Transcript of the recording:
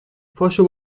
پاشو